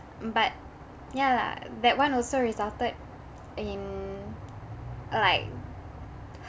but ya lah that one also resulted in like